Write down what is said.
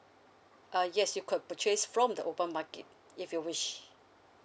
ah yes you could purchase from the open market if you wish